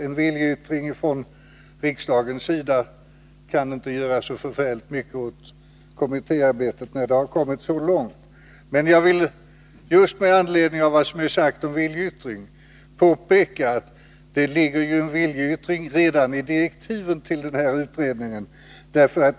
En viljeyttring från riksdagens sida kan inte göra så förfärligt mycket åt kommittéarbetet, när det har hunnit så långt. Men jag vill, just med anledning av vad som är sagt om en viljeyttring, påpeka att det ligger en viljeyttring redan i direktiven till den berörda utredningen.